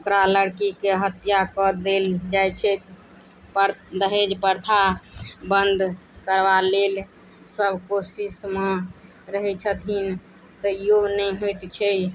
ओकरा लड़कीके हत्या कऽ देल जाइत छै पर दहेज प्रथा बन्द करबा लेल सब कोशिशमे रहै छथिन तऽ योग नहि होइत छै